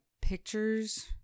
pictures